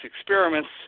experiments